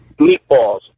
meatballs